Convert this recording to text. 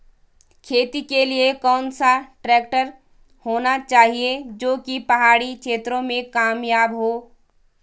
खेती के लिए कौन सा ट्रैक्टर होना चाहिए जो की पहाड़ी क्षेत्रों में कामयाब हो?